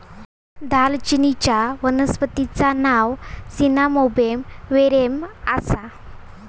दालचिनीचच्या वनस्पतिचा नाव सिन्नामोमम वेरेम आसा